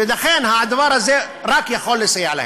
ולכן הדבר הזה רק יכול לסייע להם.